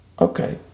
Okay